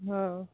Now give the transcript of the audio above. ହଁ